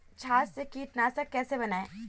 छाछ से कीटनाशक कैसे बनाएँ?